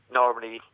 normally